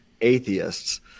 atheists